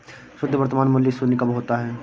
शुद्ध वर्तमान मूल्य शून्य कब होता है?